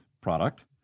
product